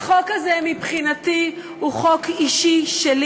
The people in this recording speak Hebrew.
החוק הזה מבחינתי הוא חוק אישי שלי.